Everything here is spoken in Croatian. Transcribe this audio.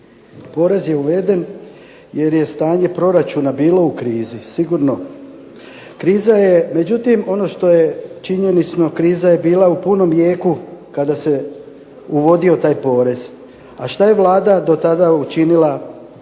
Porez je uveden jer je stanje proračuna bilo u krizi sigurno. Međutim, ono što je činjenično kriza je bila u punom jeku kada se uvodio taj porez. A što je Vlada do tada učinila da se